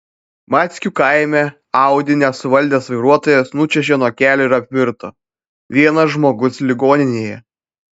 mackių kaime audi nesuvaldęs vairuotojas nučiuožė nuo kelio ir apvirto vienas žmogus ligoninėje